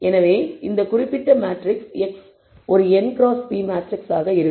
எனவே இந்த குறிப்பிட்ட மேட்ரிக்ஸ் x ஒரு n xகிராஸ் p மேட்ரிக்ஸாக இருக்கும்